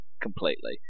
completely